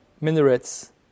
minarets